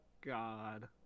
God